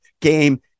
game